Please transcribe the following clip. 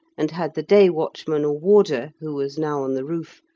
and had the day watchman or warder, who was now on the roof,